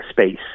space